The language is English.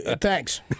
Thanks